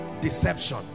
deception